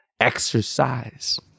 Exercise